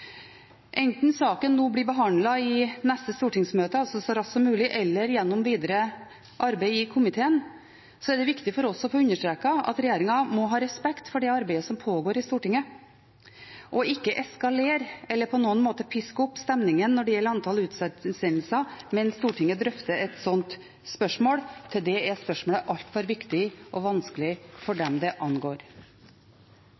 Enten saken nå blir behandlet i neste stortingsmøte, altså så raskt som mulig, eller gjennom videre arbeid i komiteen, er det viktig for oss å understreke at regjeringen må ha respekt for det arbeidet som pågår i Stortinget, og ikke eskalere eller på noen måte piske opp stemningen når det gjelder antall utsendelser mens Stortinget drøfter et slikt spørsmål – til det er spørsmålet altfor viktig og vanskelig for